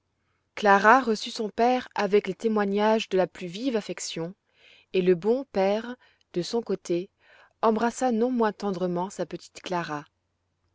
clara reçut son père avec les témoignages de la plus vive affection et le bon père de son côté embrassa non moins tendrement sa petite clara